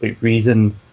reason